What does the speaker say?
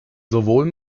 sowohl